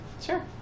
Sure